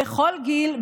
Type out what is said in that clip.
בכל גיל,